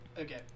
Okay